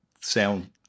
sound